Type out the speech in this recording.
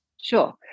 Sure